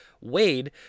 Wade